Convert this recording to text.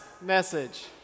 message